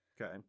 Okay